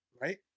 Right